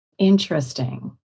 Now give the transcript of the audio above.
Interesting